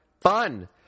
Fun